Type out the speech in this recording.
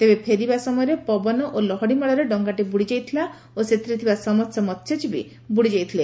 ତେବେ ଫେରିବା ସମୟରେ ପବନ ଓ ଲହଡ଼ି ମାଡ଼ରେ ଡଙ୍ଗାଟି ବୁଡ଼ିଯାଇଥିଲା ଓ ସେଥିରେ ଥିବା ସମସ୍ତ ମସ୍ୟଜୀବୀ ବୁଡ଼ି ଯାଇଥିଲେ